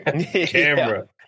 camera